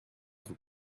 vous